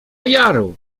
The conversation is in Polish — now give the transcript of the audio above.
jaru